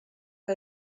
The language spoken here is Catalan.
que